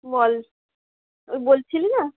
বল ওই বলছিলি না